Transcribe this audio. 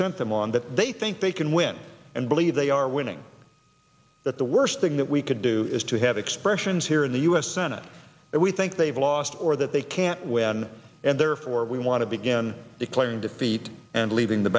sent them on that they think they can win and believe they are winning that the worst thing that we can do is to have expressions here in the u s senate that we think they've lost or that they can't win and therefore we want to begin declaring defeat and leaving the